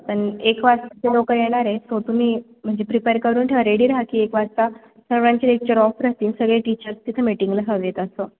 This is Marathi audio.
आणि एक वाजता ते लोक येणार आहे तो तुम्ही म्हणजे प्रिपेर करून ठेवा रेडी राहा की एक वाजता सर्वांची लेक्चर ऑफ राहतील सगळे टीचर्स तिथं मीटिंगला हवे आहेत असं